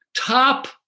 top